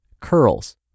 curls